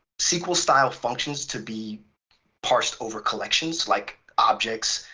sql style functions to be parsed over collections like objects,